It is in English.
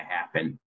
happen